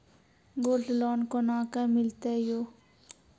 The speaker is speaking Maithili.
गोल्ड लोन कोना के मिलते यो?